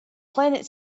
planet